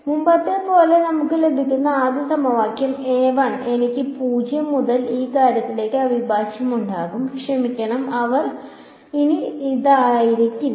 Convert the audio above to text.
അതിനാൽ മുമ്പത്തെപ്പോലെ നമുക്ക് ലഭിക്കുന്ന ആദ്യ സമവാക്യം എനിക്ക് 0 മുതൽ ഈ കാര്യത്തിലേക്ക് അവിഭാജ്യമുണ്ടാകും ക്ഷമിക്കണം അവർ ഇനി ഇതായിരിക്കില്ല